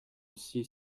aussi